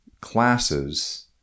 classes